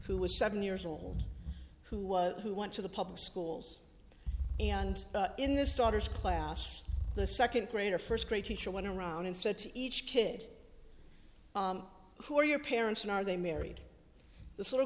who was seven years old who was who went to the public schools and in this daughter's class the second grader first grade teacher went around and said to each kid who are your parents and are they married this little